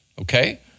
Okay